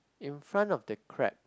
in front of the crab